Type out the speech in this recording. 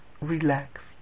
relaxed